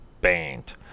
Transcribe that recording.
band